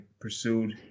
pursued